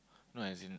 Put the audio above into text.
no as in